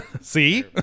See